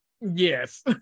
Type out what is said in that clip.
Yes